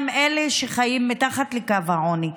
מה עם אלה שחיים מתחת לקו העוני?